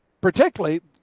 particularly